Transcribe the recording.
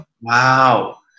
Wow